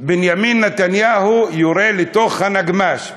"בנימין נתניהו יורה לתוך הנגמ"ש".